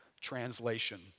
translation